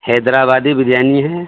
حیدرآبادی بریانی ہے